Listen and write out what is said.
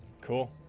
Cool